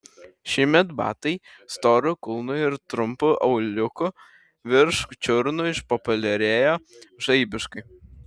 šįmet batai storu kulnu ir trumpu auliuku virš čiurnų išpopuliarėjo žaibiškai